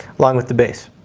along with the base.